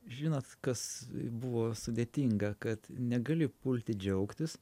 žinot kas buvo sudėtinga kad negali pulti džiaugtis